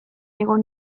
egon